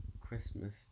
Christmas